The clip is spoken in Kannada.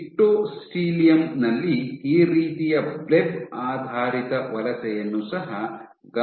ಡಿಕ್ಟೊಸ್ಟೀಲಿಯಂ ನಲ್ಲಿ ಈ ರೀತಿಯ ಬ್ಲೆಬ್ ಆಧಾರಿತ ವಲಸೆಯನ್ನು ಸಹ ಗಮನಿಸಲಾಗಿದೆ